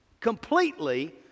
Completely